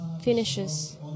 finishes